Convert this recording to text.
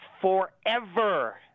forever